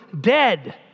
dead